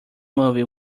movie